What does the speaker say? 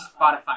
Spotify